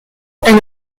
and